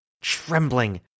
trembling